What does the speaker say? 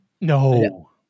No